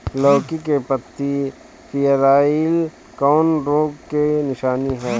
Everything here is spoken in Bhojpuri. लौकी के पत्ति पियराईल कौन रोग के निशानि ह?